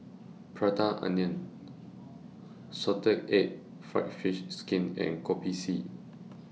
Prata Onion Salted Egg Fried Fish Skin and Kopi C